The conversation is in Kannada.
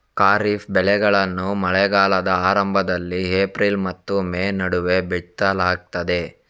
ಖಾರಿಫ್ ಬೆಳೆಗಳನ್ನು ಮಳೆಗಾಲದ ಆರಂಭದಲ್ಲಿ ಏಪ್ರಿಲ್ ಮತ್ತು ಮೇ ನಡುವೆ ಬಿತ್ತಲಾಗ್ತದೆ